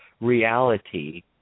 reality